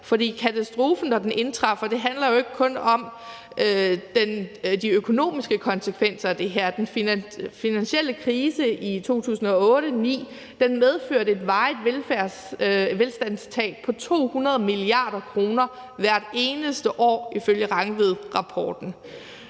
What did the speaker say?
katastrofen, når den indtræffer, handler jo ikke kun om de økonomiske konsekvenser af det her; den finansielle krise i 2008 og 2009 medførte et varigt velstandstab på 200 mia. kr. hvert eneste år ifølge Rangvidrapporten.